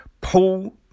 Paul